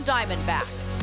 Diamondbacks